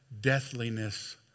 deathliness